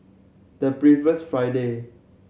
the previous Friday